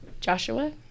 Joshua